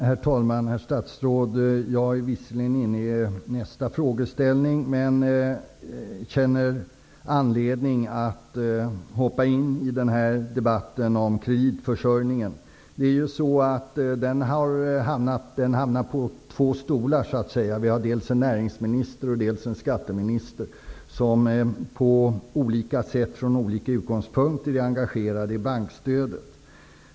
Herr talman! Herr statsråd! Jag kommer visserligen in i nästa interpellationsdebatt, men jag känner anledning att hoppa in i denna debatt om kreditförsörjningen. Frågan hamnar så att säga på två stolar. Vi har dels en näringsminister, dels en skatteminister som på olika sätt från olika utgångspunkter är engagerade i frågan om bankstödet.